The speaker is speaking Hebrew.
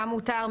מה מותר,